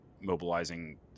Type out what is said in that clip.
mobilizing